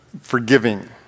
forgiving